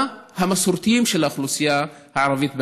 המסורתיים של האוכלוסייה הערבית בנגב.